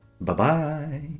Bye-bye